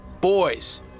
Boys